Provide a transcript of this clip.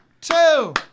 two